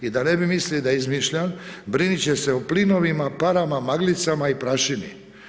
I da ne bi mislili da izmišljam, brinit će se o plinovima, parama, maglicama i prašini.